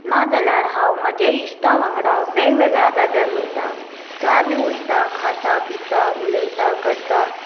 नाजाल्यार हांव म्हज्या इश्टां वांगडा वेगवेगळ्या जाग्यार वयता थंय आमी वयता खाता पिता उलयता करता